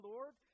Lord